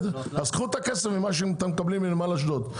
אז קחו את הכסף ממה שאתם מקבלים מנמל אשדוד.